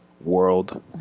world